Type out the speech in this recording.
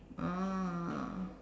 ah